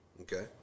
Okay